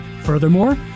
Furthermore